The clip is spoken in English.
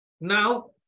Now